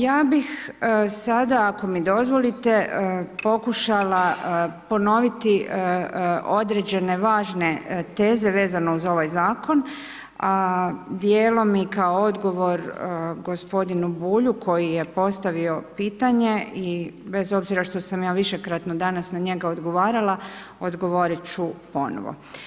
Ja bih sada ako mi dozvolite pokušala ponoviti određene važne teze vezano uz ovaj zakon, a dijelom i kao odgovor gospodinu Bulju koji je postavio pitanje i bez obzira što sam ja višekratno danas na njega odgovarala odgovorit ću ponovo.